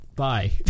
Bye